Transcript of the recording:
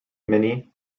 minnie